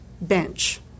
bench